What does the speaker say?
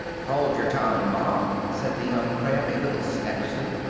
hold your tongue, ma! said the young crab, a little snappishly,